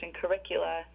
curricula